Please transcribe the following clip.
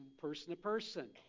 person-to-person